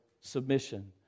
submission